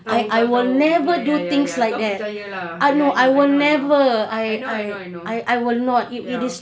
tahu tahu tahu ya ya ya ya kau percayalah ya I know I know I know I know I know I know ya